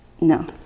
no